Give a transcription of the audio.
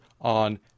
on